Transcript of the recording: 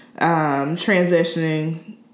transitioning